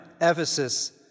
Ephesus